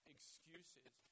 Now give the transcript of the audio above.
Excuses